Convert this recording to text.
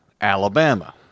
Alabama